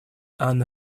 анны